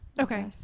Okay